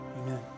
Amen